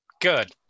good